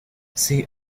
see